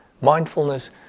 mindfulness